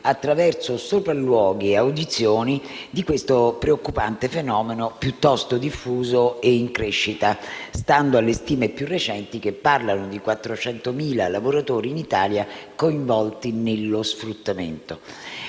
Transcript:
attraverso sopralluoghi e audizioni, di questo preoccupante fenomeno piuttosto diffuso e in crescita, stando alle stime più recenti che parlano di 400.000 lavoratori in Italia coinvolti nello sfruttamento.